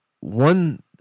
one